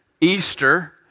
Easter